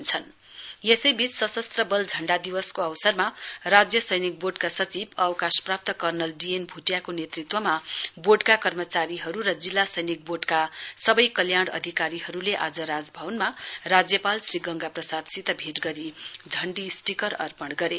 armed force flag day governor यसैपबीच सशत्र बल झण्डा दिवसको अवसरमा राज्य सैनिक बोर्डका सचिव अवकाश प्राप्त कर्णल डी एन भुटियाको नेतृत्त्वमा बोर्डका कर्मचारीहरू र जिल्ला सैनिक बोर्डका सबै कल्याण अधिकारीहरूले आज राजभवनमा राज्यपाल श्री गंगा प्रसादसित भेट गरी झण्डी स्टिकर अर्पण गरे